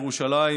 ירושלים,